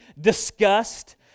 disgust